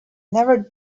never